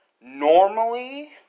Normally